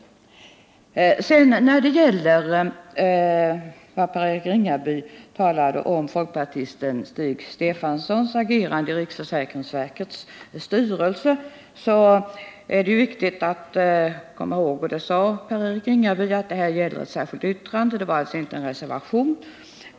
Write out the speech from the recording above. Per-Eric Ringaby talade om folkpartisten Stig Stefansons agerande i riksförsäkringsverkets styrelse. Det är då viktigt att komma ihåg — och det nämnde också Per-Eric Ringaby — att här gäller det ett särskilt yttrande och alltså inte en reservation.